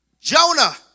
Jonah